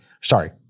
sorry